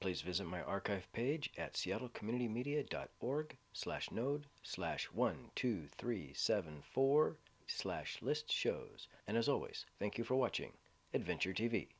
please visit my archive page at seattle community media dot org slash node slash one two three seven four slash list shows and as always thank you for watching adventure t